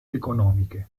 economiche